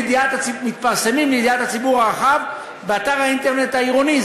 מתפרסמים לידיעת הציבור הרחב באתר האינטרנט העירוני.